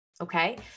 Okay